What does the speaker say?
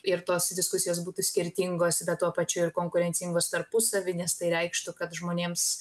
ir tos diskusijos būtų skirtingos bet tuo pačiu ir konkurencingos tarpusavy nes tai reikštų kad žmonėms